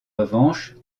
revanche